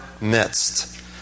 midst